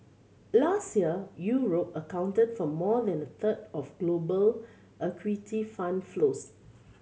last year Europe accounted for more than a third of global equity fund flows